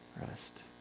rest